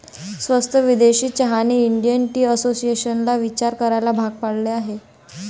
स्वस्त विदेशी चहाने इंडियन टी असोसिएशनला विचार करायला भाग पाडले आहे